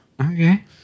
Okay